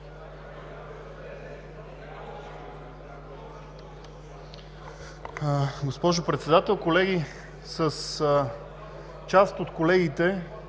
Госпожо Председател, колеги, с част от колегите